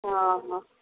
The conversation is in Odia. ହଁ ହଁ